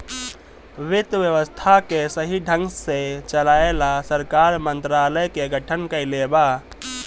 वित्त व्यवस्था के सही ढंग से चलाये ला सरकार मंत्रालय के गठन कइले बा